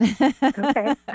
okay